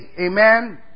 amen